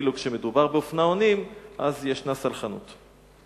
ואילו כשמדובר באופנוענים אז ישנה סלחנות.